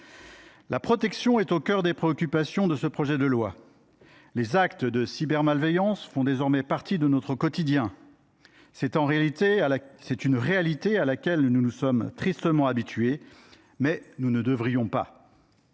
La protection est au cœur des préoccupations de ce texte. Les actes de cybermalveillance font désormais partie de notre quotidien : c’est une réalité à laquelle nous nous sommes tristement habitués, alors que nous ne devrions pas